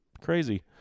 crazy